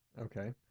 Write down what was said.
Okay